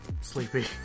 sleepy